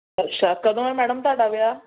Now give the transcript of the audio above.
ਅੱਛਾ ਕਦੋਂ ਹੈ ਮੈਡਮ ਤੁਹਾਡਾ ਵਿਆਹ